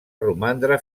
romandre